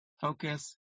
focus